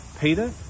Peter